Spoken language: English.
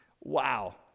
Wow